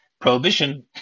Prohibition